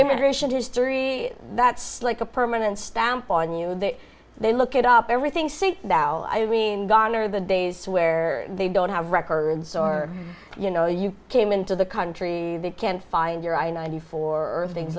immigration history that's like a permanent stamp on you then look it up everything see now i mean gone are the days where they don't have records busy or you know you came into the country they can find your i ninety four or things